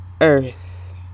Earth